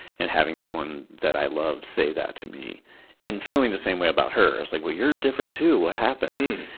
and having someone that i love say that to me and feeling the same way about her. i was like, well, you're different, too! what happened?